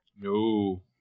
No